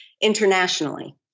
internationally